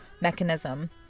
mechanism